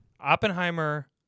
Oppenheimer